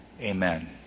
Amen